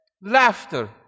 laughter